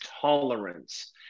tolerance